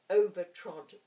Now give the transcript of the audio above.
overtrod